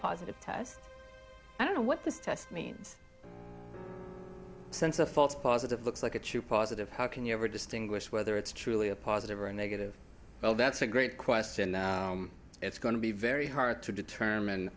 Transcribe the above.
positive test i don't know what this test means since a false positive looks like a true positive how can you ever distinguish whether it's truly a positive or a negative well that's a great question it's going to be very hard to determine